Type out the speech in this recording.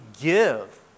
give